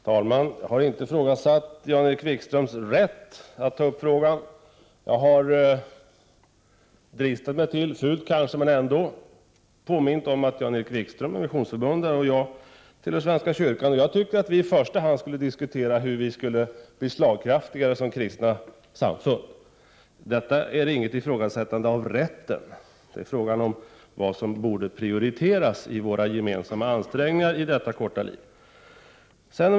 Herr talman! Jag har inte ifrågasatt Jan-Erik Wikströms rätt att ta upp frågan. Jag har dristat mig till — fult kanske, men ändå — att påminna om att Jan-Erik Wikström är missionsförbundare och att jag tillhör svenska kyrkan. Jag tycker att vi i första hand skall diskutera hur vi skall bli slagkraftigare som kristna samfund. Detta är inget ifrågasättande av rätten, utan det är en fråga om vad som borde prioriteras i våra gemensamma ansträngningar i detta korta liv.